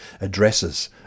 addresses